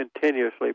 continuously